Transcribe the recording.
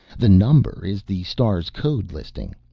the number is the star's code listing.